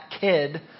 kid